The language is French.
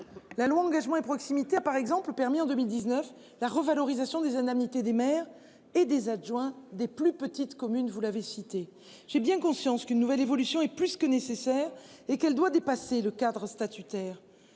La loi Engagement et proximité par exemple le permis en 2019, la revalorisation des indemnités des maires et des adjoints, des plus petites communes, vous l'avez cité, j'ai bien conscience qu'une nouvelle évolution est plus que nécessaire et qu'elle doit dépasser le cadre statutaire